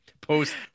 post